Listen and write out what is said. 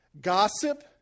gossip